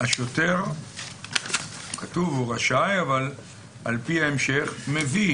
השוטר רשאי אבל על פי ההמשך מביא